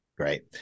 Great